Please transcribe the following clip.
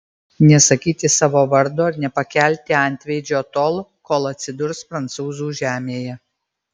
nesakyti savo vardo ir nepakelti antveidžio tol kol atsidurs prancūzų žemėje